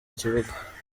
kibuga